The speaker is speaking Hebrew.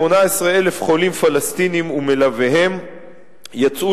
18,000 חולים פלסטינים ומלוויהם יצאו